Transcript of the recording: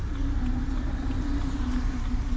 ई commerce के तकनीकी नुकसान बताएं?